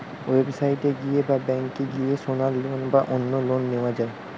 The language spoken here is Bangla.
ওয়েবসাইট এ গিয়ে বা ব্যাংকে গিয়ে সোনার লোন বা অন্য লোন নেওয়া যায়